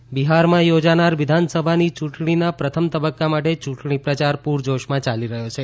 બિહાર ચુંટણી બિહારમાં યોજાનાર વિધાનસભાની યૂંટણીના પ્રથમ તબક્કા માટે ચૂંટણી પ્રચાર પ્રરજોશમાં યાલી રહ્યો છે